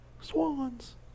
swans